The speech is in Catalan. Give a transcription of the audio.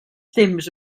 temps